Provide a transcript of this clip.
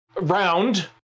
round